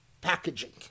packaging